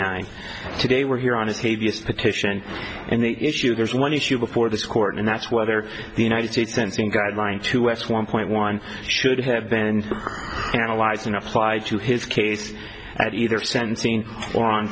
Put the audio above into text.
nine today we're here on a petition and the issue there's one issue before this court and that's whether the united states sensing guideline to west one point one should have been analyzed and applied to his case at either send scene or on